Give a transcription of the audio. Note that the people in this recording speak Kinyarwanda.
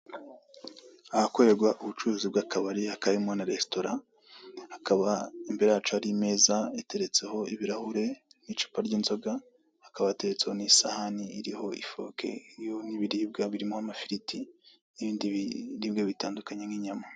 Ahakorerwa ubucuruzi bw'akabari hakaba harimo na resitora, hakaba imbere yacu hari imeza iteretseho ibirahure n'icupa ry'inzoga hakaba hateretseho n'isahani iriho ifoke iriho n'ibirbwa biriho amafiriti, n'ibindi biribwa bitandukanye.